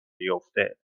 بیافته